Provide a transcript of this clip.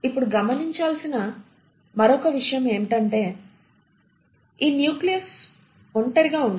ఇప్పుడు గమనించాల్సిన మరొక విషయం ఏమిటంటే ఈ న్యూక్లియస్ ఒంటరిగా ఉండదు